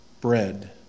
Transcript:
bread